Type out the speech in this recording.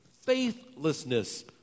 faithlessness